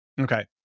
Okay